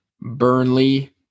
Burnley